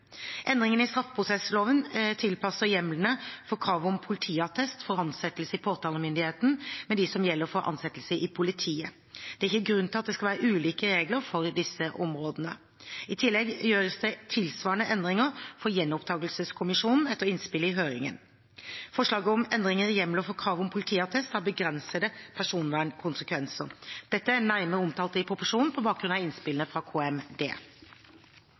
endringene. Endringene i straffeprosessloven tilpasser hjemlene for krav om politiattest for ansettelse i påtalemyndigheten med de som gjelder for ansettelse i politiet. Det er ikke grunn til at det skal være ulike regler for disse områdene. I tillegg gjøres det tilsvarende endringer for Gjenopptakelseskommisjonen etter innspill i høringen. Forslaget om endringer i hjemlene for krav om politiattest har begrensede personvernkonsekvenser. Dette er nærmere omtalt i proposisjonen, på bakgrunn av innspillene fra